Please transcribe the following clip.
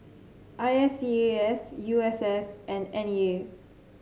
I S E A S U S S and N E A